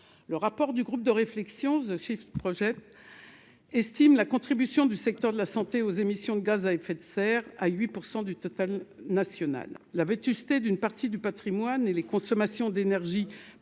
le rapport du groupe de réflexion The Shift Project, estime la contribution du secteur de la santé aux émissions de gaz à effet de serre à 8 % du total national la vétusté d'une partie du Patrimoine et les consommations d'énergie